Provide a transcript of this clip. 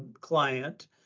client